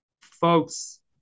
folks